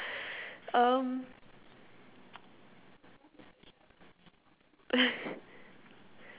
um